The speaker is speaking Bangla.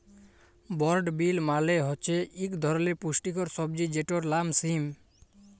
বরড বিল মালে হছে ইক ধরলের পুস্টিকর সবজি যেটর লাম সিম